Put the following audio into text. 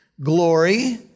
glory